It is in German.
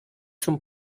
zum